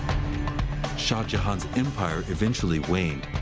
so jahan's empire eventually waned,